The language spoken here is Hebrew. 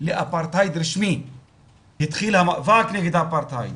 לאפרטהייד רשמי התחיל המאבק נגד האפרטהייד.